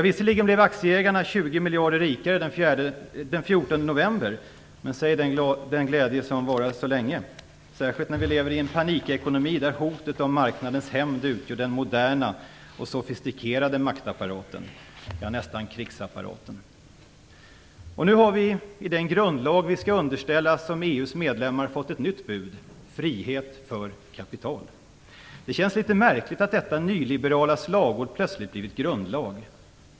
Visserligen blev aktieägarna 20 miljarder kronor rikare den 14 november, men säg den glädje som varar länge, särskilt gäller det när vi lever i en panikekonomi där hotet om marknadens hämnd utgör den moderna och sofistikerade maktapparaten - nästan krigsapparaten. I den grundlag som vi skall underställas som EU:s medlemmar har vi fått ett nytt bud: frihet för kapital. Det känns litet märkligt att detta nyliberala slagord plötsligt blivit grundlag.